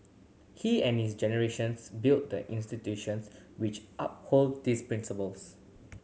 he and his generations built the institutions which uphold these principles